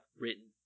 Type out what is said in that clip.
written